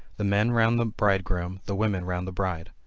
the men round the bridegroom, the women round the bride.